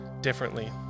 differently